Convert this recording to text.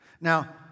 Now